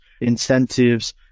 incentives